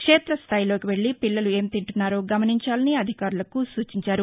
క్షేత స్థాయిలోకి వెళ్లి పిల్లలు ఏం తింటున్నారో గమనించాలని అధికారులకు సూచించారు